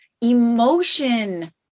emotion